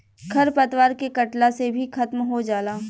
खर पतवार के कटला से भी खत्म हो जाला